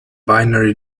binary